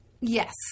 Yes